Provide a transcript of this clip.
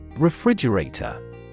refrigerator